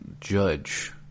judge